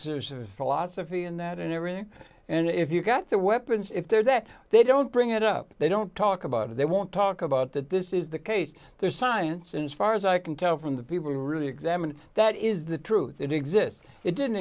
of philosophy in that and everything and if you've got the weapons if they're that they don't bring it up they don't talk about it they won't talk about that this is the case there's science and far as i can tell from the people who really examine that is the truth that exists it didn't